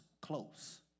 close